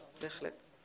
בהחלט.